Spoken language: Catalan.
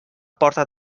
porta